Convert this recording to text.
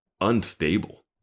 unstable